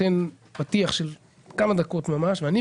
אתן פתיח של כמה דקות ממש.